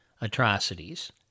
atrocities